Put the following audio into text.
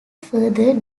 further